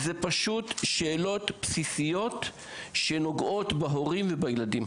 אלה שאלות בסיסיות שנוגעות בהורים ובילדים.